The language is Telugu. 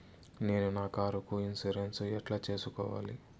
నేను నా కారుకు ఇన్సూరెన్సు ఎట్లా సేసుకోవాలి